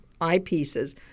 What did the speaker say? eyepieces